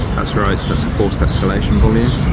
that's right, so that's a forced exhalation volume.